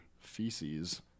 feces